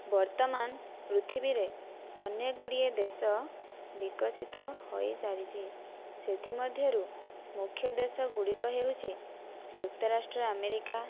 ବର୍ତ୍ତମାନ ପୃଥିବୀରେ ଅନେକଗୁଡ଼ିଏ ଦେଶ ବିକଶିତ ହୋଇସାରିଛି ସେଥିମଧ୍ୟରୁ ମୁଖ୍ୟ ଦେଶଗୁଡ଼ିକ ହେଉଛି ଯୁକ୍ତରାଷ୍ଟ୍ର ଆମେରିକା